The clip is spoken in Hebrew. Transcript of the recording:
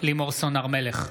לימור סון הר מלך,